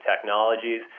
technologies